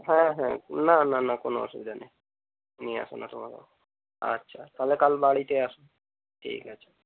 হ্যাঁ হ্যাঁ না না না কোনও অসুবিধা নেই নিয়ে আসো না তোমারও আচ্ছা তাহলে কাল বাড়িতে আসো ঠিক আছে